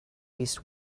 east